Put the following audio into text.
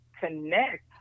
connect